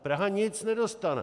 Praha nic nedostane!